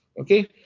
okay